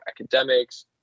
academics